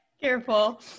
Careful